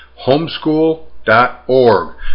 homeschool.org